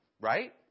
right